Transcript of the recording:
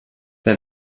bei